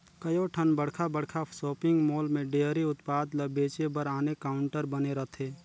कयोठन बड़खा बड़खा सॉपिंग मॉल में डेयरी उत्पाद ल बेचे बर आने काउंटर बने रहथे